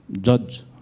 judge